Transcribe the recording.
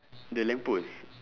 the lamp post